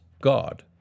God